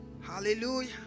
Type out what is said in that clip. hallelujah